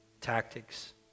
tactics